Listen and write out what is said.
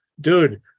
dude